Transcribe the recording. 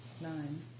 nine